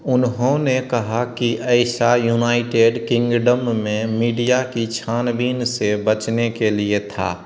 उन्होंने कहा कि ऐसा यूनाइटेड किंगडम में मीडिया की छानबीन से बचने के लिए था